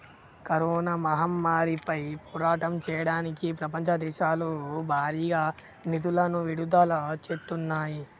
corona మహమ్మారిపై పోరాటం చెయ్యడానికి ప్రపంచ దేశాలు భారీగా నిధులను విడుదల చేత్తన్నాయి